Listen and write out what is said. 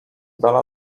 dala